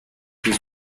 was